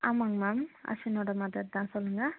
ஆமாங்க மேம் அஸ்வினோட மதர் தான் சொல்லுங்க